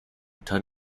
turn